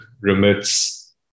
remits